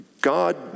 God